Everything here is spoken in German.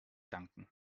danken